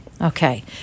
Okay